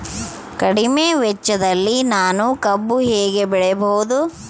ಕಡಿಮೆ ವೆಚ್ಚದಲ್ಲಿ ನಾನು ಕಬ್ಬು ಹೇಗೆ ಬೆಳೆಯಬಹುದು?